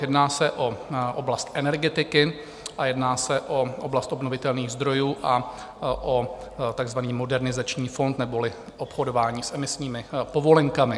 Jedná se o oblast energetiky a jedná se o oblast obnovitelných zdrojů a o takzvaný Modernizační fond neboli obchodování s emisními povolenkami.